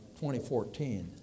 2014